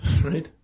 right